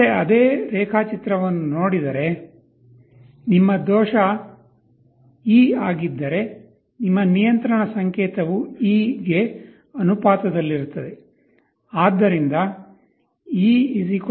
ಮತ್ತೆ ಅದೇ ರೇಖಾಚಿತ್ರವನ್ನು ನೋಡಿದರೆ ನಿಮ್ಮ ದೋಷ e ಆಗಿದ್ದರೆ ನಿಮ್ಮ ನಿಯಂತ್ರಣ ಸಂಕೇತವು e ಗೆ ಅನುಪಾತದಲ್ಲಿರುತ್ತದೆ